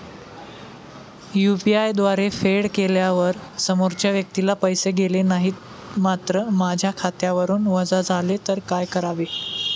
UPI द्वारे फेड केल्यावर समोरच्या व्यक्तीला पैसे गेले नाहीत मात्र माझ्या खात्यावरून वजा झाले तर काय करावे?